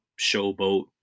showboat